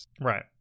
Right